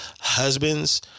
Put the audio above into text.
husbands